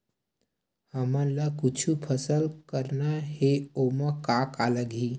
हमन ला कुछु फसल करना हे ओमा का का लगही?